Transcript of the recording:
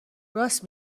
راست